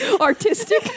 artistic